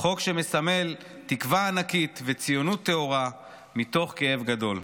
חוק שמסמל תקווה ענקית וציונות טהורה מתוך כאב גדול.